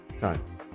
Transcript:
time